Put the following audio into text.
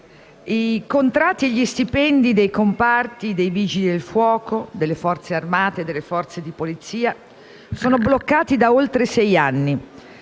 i contratti e gli stipendi dei comparti dei Vigili del fuoco, delle Forze armate e delle forze di polizia sono bloccati da oltre sei anni.